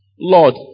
Lord